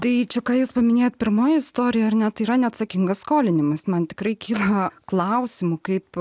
tai čia ką jūs paminėjot pirmoj istorija ar ne tai yra neatsakingas skolinimas man tikrai kyla klausimų kaip